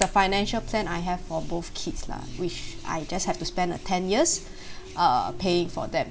the financial plan I have for both kids lah which I just have to spend a ten years uh paying for them